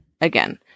again